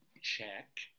check